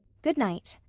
good night.